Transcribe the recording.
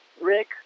rick